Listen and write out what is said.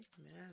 amen